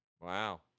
Wow